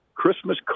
Christmas